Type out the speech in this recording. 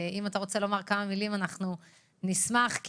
אם אתה רוצה לומר כמה מילים אנחנו נשמח לשמוע.